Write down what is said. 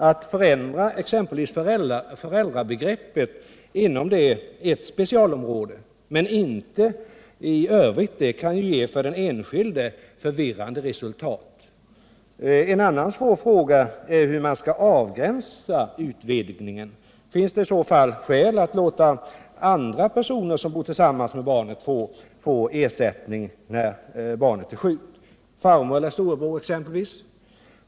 Att förändra exempelvis föräldrabegreppet inom ett specialområde men inte i övrigt skulle kunna ge för den enskilde förvirrande resultat. En annan svår fråga är hur man skall avgränsa utvidgningen. Finns det i så fall skäl att låta även andra personer som bor tillsammans med barnet — farmor eller storebror exempelvis — få ersättning när barnet är sjukt?